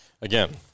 Again